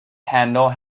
handle